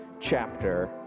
chapter